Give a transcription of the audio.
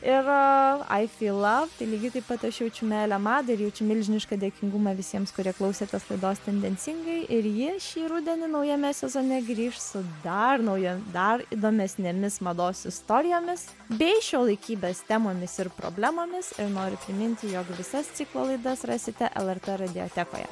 ir i feel love tai lygiai taip pat aš jaučiu meilę madai ir jaučiu milžinišką dėkingumą visiems kurie klausėtės laidos tendencingai ir ji šį rudenį naujame sezone grįš su dar nauja dar įdomesnėmis mados istorijomis bei šiuolaikybės temomis ir problemomis ir nori priminti jog visas ciklo laidas rasite lrt radiotekoje